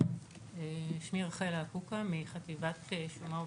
שמי רחל אקוקה מחטיבת שומה וביקורת,